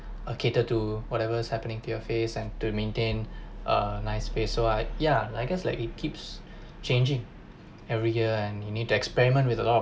a cater to whatever is happening to your face and to maintain a nice face so I yeah like I guess like it keeps changing every year and you need to experiment with a lot